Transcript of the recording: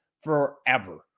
forever